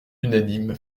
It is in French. unanime